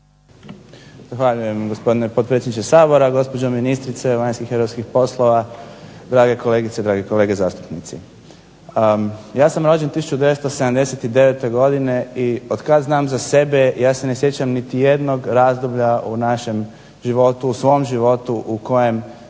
Zahvaljujem, gospodine potpredsjedniče Sabora. Gospođo ministrice vanjskih europskih poslova, drage kolegice, dragi kolege zastupnici. Ja sam rođen 1979. godine i otkad znam za sebe ja se ne sjećam niti jednog razdoblja u našem životu, u svom životu u kojem